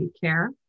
care